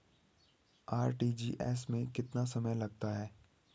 RTGS में कितना समय लगता है?